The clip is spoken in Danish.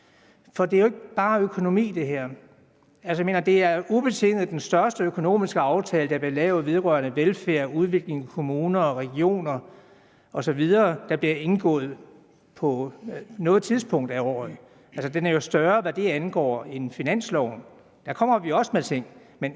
her handler jo ikke bare om økonomi. Altså, det er ubetinget den største økonomiske aftale vedrørende velfærden og udviklingen i kommuner og regioner osv., der bliver indgået på noget tidspunkt af året – den er større, hvad det angår, end finanslovaftalen er; der kommer vi jo også med ting